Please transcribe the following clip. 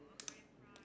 do you think it